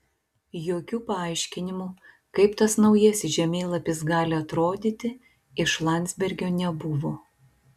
jokių paaiškinimų kaip tas naujasis žemėlapis gali atrodyti iš landsbergio nebuvo